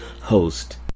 host